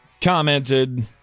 commented